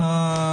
(תיקון מס' 5),